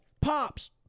Pops